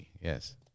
yes